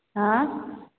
हाँ